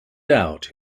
doubt